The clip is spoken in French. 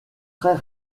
très